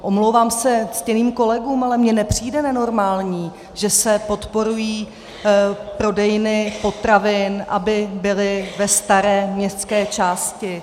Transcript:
Omlouvám se ctěným kolegům, ale mně nepřijde nenormální, že se podporují prodejny potravin, aby byly ve staré městské části.